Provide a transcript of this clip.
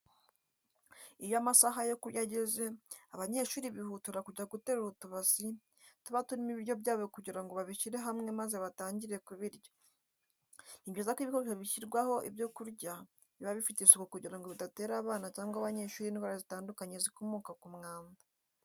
Iyo amasaha yo kurya ageze, abanyeshuri bihutira kujya guterura utubasi tuba turimo ibiryo byabo kugira ngo babishyire hamwe maze batangire kubirya. Ni byiza ko ibikoresho bishyirwamo ibyo kurya biba bifite isuku kugira ngo bidatera abana cyangwa abanyeshuri indwara zitandukanye zikomoka ku mwanda.